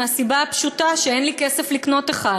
מהסיבה הפשוטה שאין לי כסף לקנות אחד.